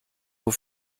nur